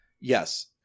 yes